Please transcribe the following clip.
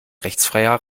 rechtsfreier